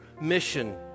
mission